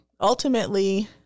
Ultimately